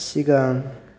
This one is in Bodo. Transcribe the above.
सिगां